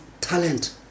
talent